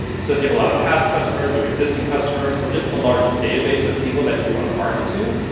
so if you have a lot of past customers or existing customers or just a large database of people that you want to market to,